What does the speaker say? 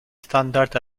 standard